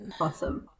Awesome